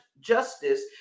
justice